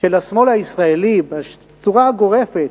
של השמאל הישראלי בצורה גורפת,